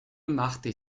machte